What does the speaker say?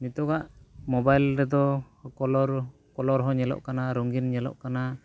ᱱᱤᱛᱚᱜᱟᱜ ᱢᱳᱵᱟᱭᱤᱞ ᱨᱮᱫᱚ colour colour ᱦᱚᱸ ᱧᱮᱞᱚᱜ ᱠᱟᱱᱟ ᱨᱚᱝᱜᱤᱱ ᱧᱮᱞᱚᱜ ᱠᱟᱱᱟ